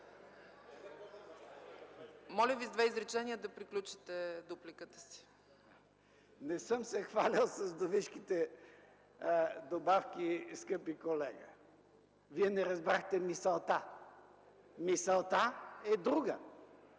Моля Ви с две изречения да приключите дупликата си! ИВАН КОСТОВ: Не съм се хвалил с вдовишките добавки, скъпи колега. Вие не разбрахте мисълта. Мисълта е друга